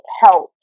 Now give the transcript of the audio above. help